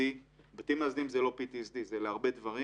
בתים מאזנים זה לא PTSD, זה להרבה דברים.